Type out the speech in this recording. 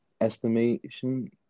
estimation